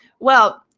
well,